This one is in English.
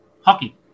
hockey